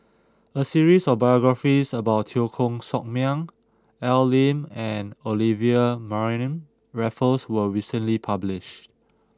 a series of biographies about Teo Koh Sock Miang Al Lim and Olivia Mariamne Raffles was recently published